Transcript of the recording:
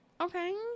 Okay